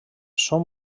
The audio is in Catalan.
són